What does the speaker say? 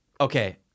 okay